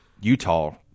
Utah